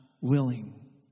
willing